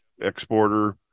exporter